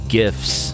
gifts